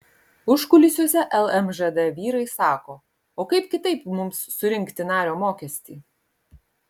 užkulisiuose lmžd vyrai sako o kaip kitaip mums surinkti nario mokestį